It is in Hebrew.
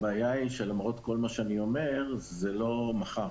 הבעיה היא שכל מה שאני אומר לא יקרה מחר.